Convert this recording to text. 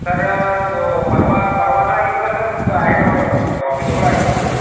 तर दो परवा परवाला येऊ का सर तुमचं आहे का म्हणजे ऑफिस उघडं आहे का तुमचं